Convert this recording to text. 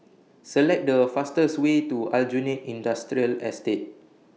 Select The fastest Way to Aljunied Industrial Estate